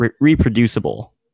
reproducible